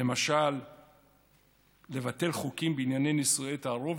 למשל לבטל חוקים בענייני נישואי תערובת,